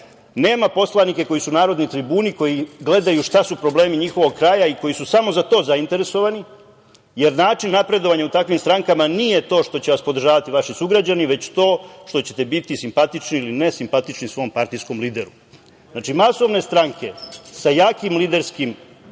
nema poslanike koji su narodni tribuni koji gledaju šta su problemi njihovog kraja i koji su samo za to zainteresovani jer način napredovanja u takvim strankama nije to što će vas podržavati vaši sugrađani već to što ćete biti simpatični ili ne simpatični svom partijskom lideru. Znači, masovne stranke sa jakim liderskim strukturama